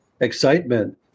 excitement